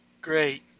Great